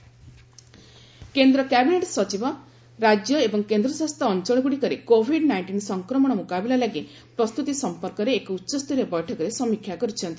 cabinet secretary meeting କେନ୍ଦ୍ର cabinet ସଚିବ ରାଜ୍ୟ ଏବଂ କେନ୍ଦ୍ରଶାସିତ ଅଞ୍ଚଳଗ୍ରଡ଼ିକରେ କୋଭିଡ୍ ନାଇଣ୍ଟିନ୍ ସଂକ୍ରମଣ ମୁକାବିଲା ଲାଗି ପ୍ରସ୍ତୁତି ସମ୍ପର୍କରେ ଏକ ଉଚ୍ଚସ୍ତରୀୟ ବୈଠକରେ ସମୀକ୍ଷା କରିଛନ୍ତି